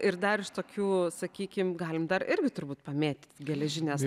ir dar tokių sakykim galim dar irgi turbūt pamėtyt geležinės